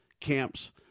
camps